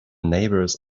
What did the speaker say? neighbors